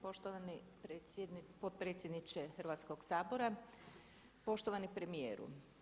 Poštovani potpredsjedniče Hrvatskog sabora, poštovani premijeru.